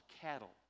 cattle